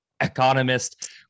economist